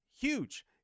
huge